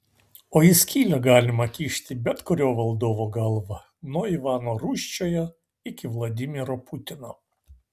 o į skylę galima kišti bet kurio valdovo galvą nuo ivano rūsčiojo iki vladimiro putino